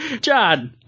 John